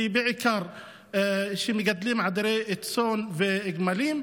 ובעיקר כאלה שמגדלים עדרי צאן וגמלים.